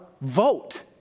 vote